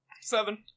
Seven